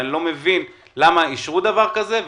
אני לא מבין למה אישרו דבר כזה,